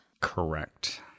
Correct